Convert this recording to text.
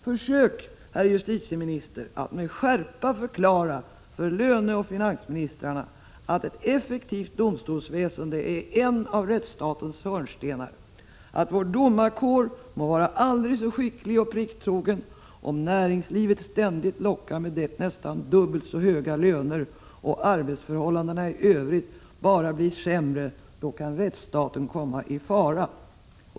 Försök, herr justitieminister, att med skärpa förklara för löneministern och finansministern att ett effektivt domstolsväsende är en av rättsstatens hörnstenar. Vår domarkår må vara aldrig så skicklig och plikttrogen, men om näringslivet ständigt lockar med nästan dubbelt så höga löner och arbetsförhållandena också i övrigt bara blir sämre, så kan rättsstaten komma i fara.